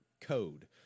code